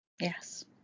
Yes